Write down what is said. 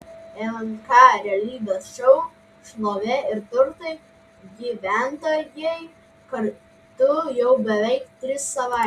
lnk realybės šou šlovė ir turtai gyventojai kartu jau beveik tris savaites